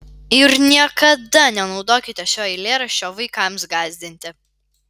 ir niekada nenaudokite šio eilėraščio vaikams gąsdinti